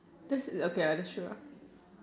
that's err okay lah hat's true lah